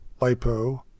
LiPo